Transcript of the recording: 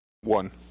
one